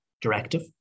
Directive